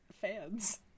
fans